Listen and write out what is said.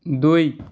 দুই